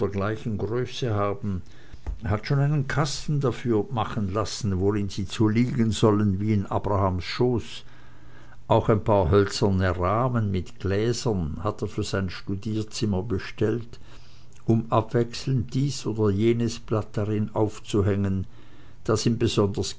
gleichen größe haben er hat schon einen kasten dafür machen lassen worin sie liegen sollen wie in abrahams schoß auch ein paar hölzerne rahmen mit gläsern hat er für sein studierzimmer bestellt um abwechselnd dies oder jenes blatt darin aufzuhängen das ihm besonders